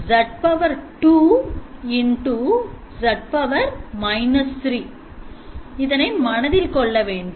Z 3 அதனை மனதில் கொள்ள வேண்டும்